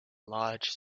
large